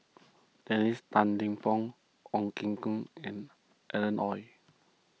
Dennis Tan Lip Fong Ong Ye Kung and Alan Oei